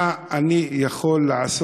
מה אני יכול לעשות,